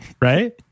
right